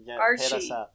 Archie